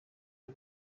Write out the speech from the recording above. y’u